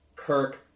Kirk